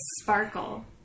Sparkle